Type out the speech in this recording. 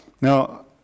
Now